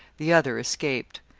the other escaped.